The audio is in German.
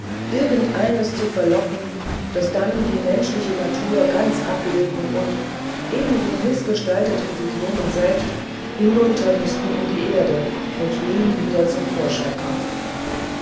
irgendeines zu verlocken das dann die menschliche natur ganz ablege und ebenso mißgestaltet wie die gnomen selbst hinunter müsse in die erde und nie wieder zum vorschein komme